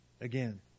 Again